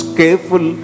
careful